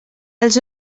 els